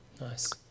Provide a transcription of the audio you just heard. Nice